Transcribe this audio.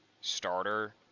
starter